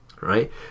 right